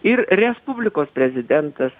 ir respublikos prezidentas